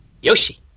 Yoshi